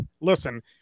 Listen